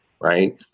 Right